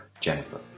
Jennifer